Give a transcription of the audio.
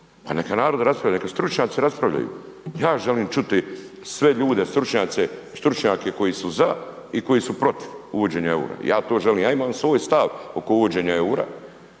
Pa neka narod raspravlja, neka stručnjaci raspravljaju, ja želim čuti sve ljude stručnjake koji su za i koji su protiv uvođenja eura, ja to želim, ja imam svoj stav oko uvođenja eura,